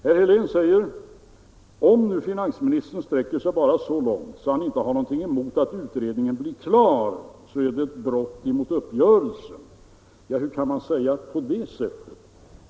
Herr Helén säger: Om nu finansministern sträcker sig bara så långt att han inte har någonting emot att utredningen blir klar, är det ett brott emot uppgörelsen. Hur kan man säga på det sättet?